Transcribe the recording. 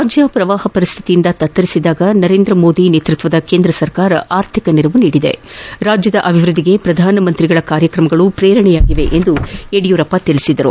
ರಾಜ್ಞ ಪ್ರವಾಹ ಪರಿಸ್ತಿತಿಯಿಂದ ತತ್ತರಿಸಿದ್ದಾಗ ನರೇಂದ್ರ ಮೋದಿ ನೇತೃತ್ವದ ಕೇಂದ್ರ ಸರ್ಕಾರ ಆರ್ಥಿಕ ನೆರವು ನೀಡಿದೆ ರಾಜ್ಯದ ಅಭಿವೃದ್ದಿಗೆ ಪ್ರಧಾನಮಂತ್ರಿ ಅವರ ಕಾರ್ಯಕ್ರಮಗಳು ಪ್ರೇರಣೆಯಾಗಿವೆ ಎಂದು ಯಡಿಯೂರಪ್ಪ ತಿಳಿಸಿದರು